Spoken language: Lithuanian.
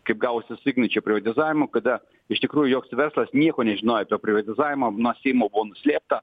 kaip gavosi su igničio privatizavimu kada iš tikrųjų joks verslas nieko nežinojo apie privatizavimą na seimo buvo nuslėpta